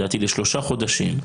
לדעתי לשלושה חודשים.